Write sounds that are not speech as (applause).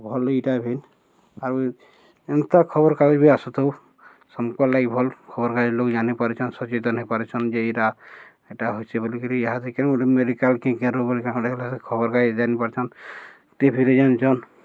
ଭଲ ଇଟା ଭନ୍ ଆଉ ଏନ୍ତା ଖବରକାଗଜ ବି ଆସୁଥାଉ (unintelligible) ଲାଗି ଭଲ୍ ଖବରକାଗଜ ଲୋକ ଜାଣିପାରିଛନ୍ ସଚେତନ ହୋଇପାରୁଛନ୍ ଯେ ଏଇରା ଏଟା ହଉଛି ବୋଲିକରି ତି କେଣ ଗଟେ ମେଡ଼ିକାଲ୍ ବୋଲି ଗଟେଲା ଖବରକାଗଜ ଜାଣିପାରୁଛନ୍ ଟିଭିରେ ଜାନୁଛନ୍